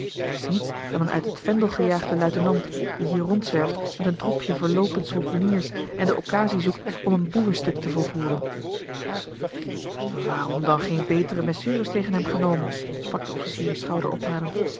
hij is niets dan een uit het vendel gejaagde luitenant die hier rondzwerft met een troepje verloopen soldeniers en de occasie zoekt om een boevenstuk te volvoeren waarom dan geen betere mesures tegen hem genomen sprak de officier